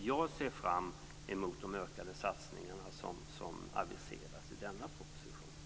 Jag ser fram emot de ökade satsningar som aviseras i den proposition vi nu debatterar.